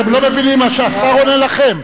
אתם לא מבינים מה שהשר עונה לכם?